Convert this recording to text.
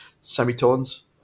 semitones